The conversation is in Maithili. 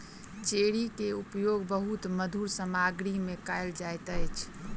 चेरी के उपयोग बहुत मधुर सामग्री में कयल जाइत अछि